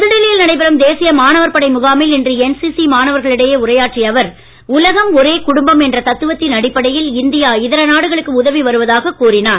புதுடெல்லியில் நடைபெறும் தேசிய மாணவர் படை முகாமில் இன்று என்சிசி மாணவர்கள் இடையே உரையாற்றிய அவர் உலகம் ஒரே குடும்பம் என்ற தத்துவத்தின் அடிப்படையில் இந்தியா இதர நாடுகளுக்கு உதவி வருவதாக கூறினார்